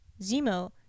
Zemo